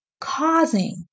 causing